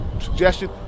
suggestion